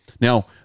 Now